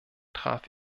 traf